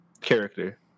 character